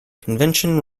convention